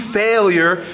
failure